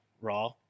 Raw